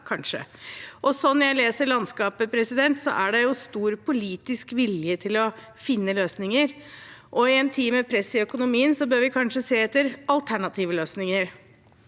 Sånn jeg leser landskapet, er det stor politisk vilje til å finne løsninger, og i en tid med press i økonomien bør vi kanskje se etter alternative løsninger.